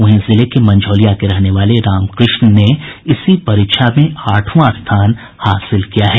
वहीं जिले के मंझौलिया के रहने वाले रामकृष्ण ने इसी परीक्षा में आठवां स्थान हासिल किया है